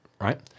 right